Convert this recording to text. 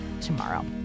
tomorrow